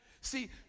See